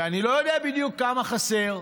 ואני לא יודע בדיוק כמה חסר,